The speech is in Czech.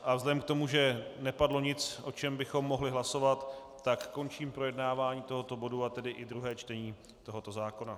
Vzhledem k tomu, že nepadlo nic, o čem bychom mohli hlasovat, tak končím projednávání tohoto bodu, a tedy i druhé čtení tohoto zákona.